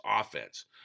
offense